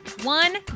one